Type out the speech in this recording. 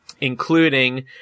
including